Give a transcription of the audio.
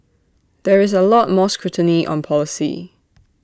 there is A lot more scrutiny on policy